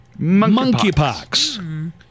monkeypox